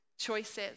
choices